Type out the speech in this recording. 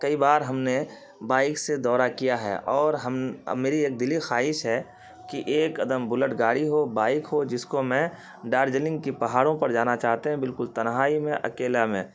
کئی بار ہم نے بائک سے دورہ کیا ہے اور ہم میری ایک دلی خواہش ہے کہ ایک ادم بلٹ گاڑی ہو بائک ہو جس کو میں ڈارجلنگ کی پہاڑوں پر جانا چاہتے ہیں بالکل تنہائی میں اکیلا میں